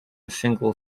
single